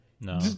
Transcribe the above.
No